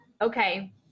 Okay